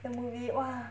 the movie !wah!